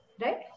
right